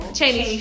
Cheney